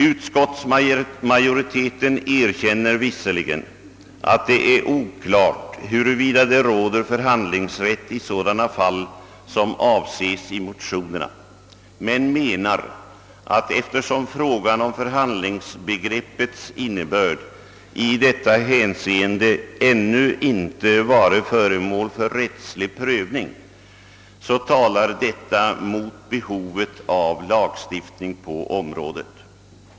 Utskottsmajoriteten erkänner visserligen att det är oklart, huruvida det råder förhandlingsrätt i sådana fall som avses i motionerna men menar att den omständigheten att frågan om förhandlingsbegreppets innebörd i detta hänseende ännu inte varit föremål för rättslig prövning talar mot behovet av lagstiftning på området.